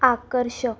आकर्षक